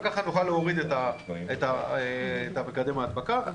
וככה נוכל להוריד את מקדם ההדבקה.